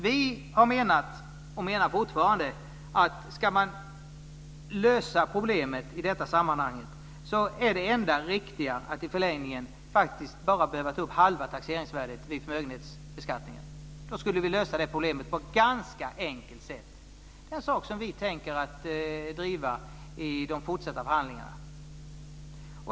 Vi har menat, och menar fortfarande, att ska man lösa problemet i detta sammanhang är det enda riktiga att i förlängningen faktiskt bara behöva ta upp halva taxeringsvärdet vid förmögenhetsbeskattningen. Då skulle vi lösa det problemet på ett ganska enkelt sätt. Det är en sak som vi tänker driva i de fortsatta förhandlingarna.